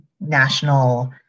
national